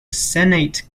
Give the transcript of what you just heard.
senate